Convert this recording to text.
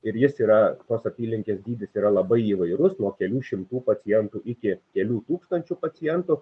ir jis yra tos apylinkės dydis yra labai įvairus nuo kelių šimtų pacientų iki kelių tūkstančių pacientų